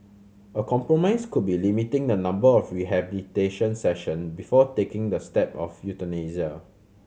a compromise could be limiting the number of rehabilitation session before taking the step of euthanasia